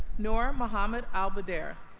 noor mohammed al-bader